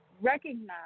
recognize